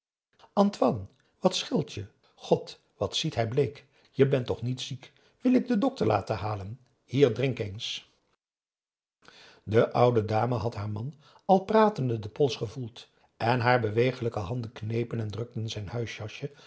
antoine wat scheelt je god wat ziet hij bleek je bent toch niet ziek wil ik den dokter laten halen hier drink eens de oude dame had haar man al pratende den pols gevoeld en haar bewegelijke handen knepen en drukten zijn